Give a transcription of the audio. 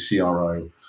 CRO